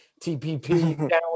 TPP